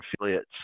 affiliates